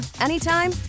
anytime